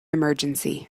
emergency